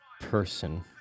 person